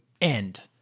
end